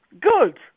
Good